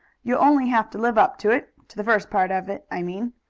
you'll only have to live up to it to the first part of it, i mean.